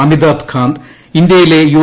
അമിതാഭ് കാന്ത് ഇൻഡ്യയിലെ യു